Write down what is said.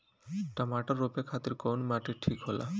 टमाटर रोपे खातीर कउन माटी ठीक होला?